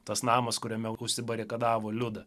tas namas kuriame užsibarikadavo liuda